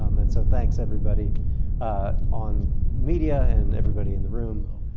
um and so thanks, everybody on media and everybody in the room.